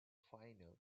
final